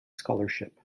scholarship